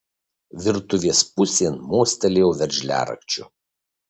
virtuvės pusėn mostelėjau veržliarakčiu